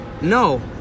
No